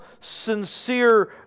sincere